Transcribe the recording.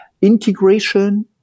integration